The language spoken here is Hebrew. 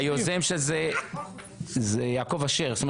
היוזם של זה זה יעקב אשר.